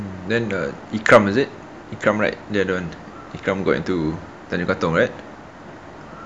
mm then err ikram was it ikram right the other one ikram got into tanjong katong